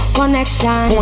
connection